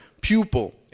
pupil